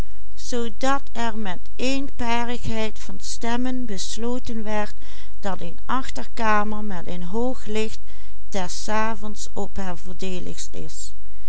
een achterkamer met een hoog licht des avonds op haar voordeeligst is